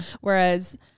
Whereas